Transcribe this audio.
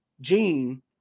Gene